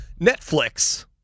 Netflix